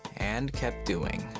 and kept doing.